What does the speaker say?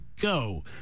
go